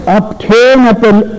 obtainable